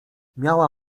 miała